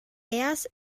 aires